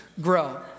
grow